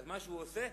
לכן מה שהוא עושה,